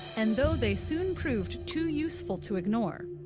and though they soon proved too useful to ignore,